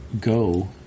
go